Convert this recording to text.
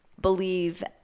believe